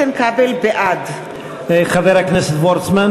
בעד חבר הכנסת וורצמן?